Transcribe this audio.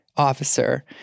officer